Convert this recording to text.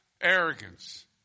arrogance